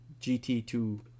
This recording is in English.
GT2